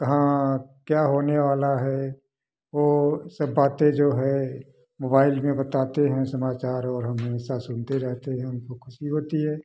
कहाँ क्या होने वाला है वो सब बातें जो है मोबाइल में बताते हैं समाचार और हमेशा सुनते रहते हैं हमको खुशी होती है